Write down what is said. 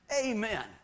Amen